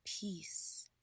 peace